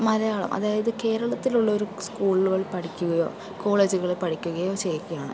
മലയാളം അതായത് കേരളത്തിലൊള്ളൊരു സ്കൂളുകളിൽ പഠിക്കുകയോ കോളേജുകളിൽ പഠിക്കുകയോ ചെയ്യുക ആണ്